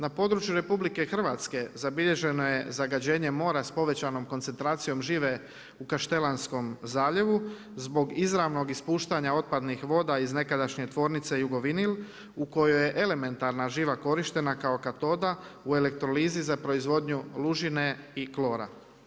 Na području RH zabilježeno je zagađenje mora sa povećanom koncentracijom žive u Kaštelanskom zaljevu zbog izravnog ispuštanja otpadnih voda iz nekadašnje tvornice Jugovinil u kojoj je elementarna živa korištena kao katoda u elektrolizi za proizvodnju lužine i klora.